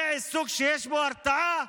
זה עיסוק שיש בו הרתעה?